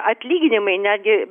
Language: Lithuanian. atlyginimai netgi